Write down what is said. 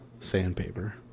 Sandpaper